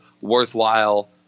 worthwhile